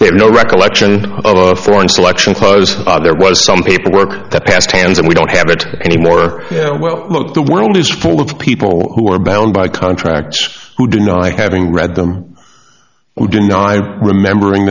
they have no recollection of a foreign selection close there was some paperwork that passed hands and we don't have it anymore yeah well look the world is full of people who are bound by contracts who do not like having read them who deny remembering